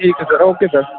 ਠੀਕ ਹੈ sir okay sir